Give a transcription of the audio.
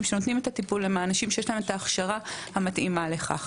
שנותנים את הטיפול הם האנשים שיש להם את ההכשרה המתאימה לכך.